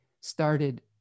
started